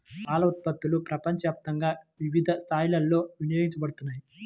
పాల ఉత్పత్తులు ప్రపంచవ్యాప్తంగా వివిధ స్థాయిలలో వినియోగించబడుతున్నాయి